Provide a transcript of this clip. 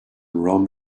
rum